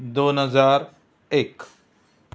दोन हजार एक